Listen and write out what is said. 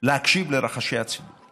להקשיב לרחשי הציבור.